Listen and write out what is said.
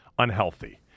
unhealthy